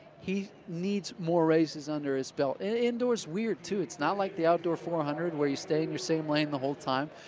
he needs more races under his belt. indoor's weird too, it's not like the outdoor four hundred where you stay in your same lane the whole time,